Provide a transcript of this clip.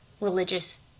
religious